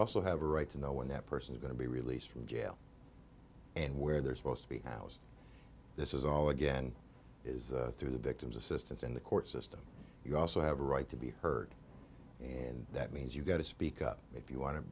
also have a right to know when that person's going to be released from jail and where they're supposed to be housed this is all again is through the victim's assistance in the court system you also have a right to be heard and that means you've got to speak up if you want to